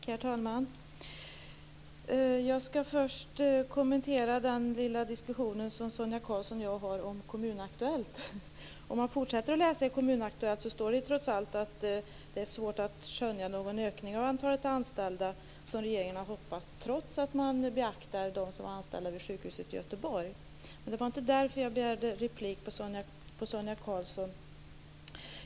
Herr talman! Jag skall först kommentera Sonia Karlsson och min lilla diskussion om Kommunaktuellt. Om man fortsätter att läsa i Kommunaktuellt ser man trots allt att det står att det är svårt att skönja någon ökning av antalet anställda, som regeringen har hoppats på, trots att man beaktar dem som var anställda vid sjukhuset i Göteborg. Men det var inte därför jag begärde replik på Sonia Karlssons anförande.